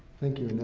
thank you,